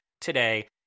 today